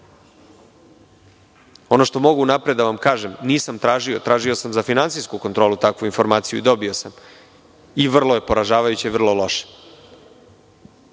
Ono što mogu unapred da vam kažem, nisam tražio, tražio sam za finansijsku kontrolu takvu informaciju i dobio sam, i vrlo je poražavajuće, vrlo loše,